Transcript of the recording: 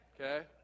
Okay